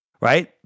Right